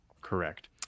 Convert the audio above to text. Correct